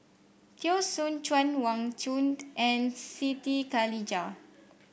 Teo Soon Chuan Wang Chunde and Siti Khalijah